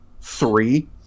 three